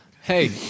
Hey